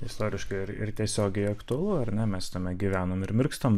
istoriškai ir ir tiesiogiai aktualu ar ne mes tame gyvenam ir mirkstam